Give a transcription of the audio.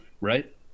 Right